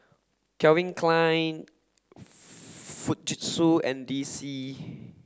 Calvin Klein Fujitsu and D C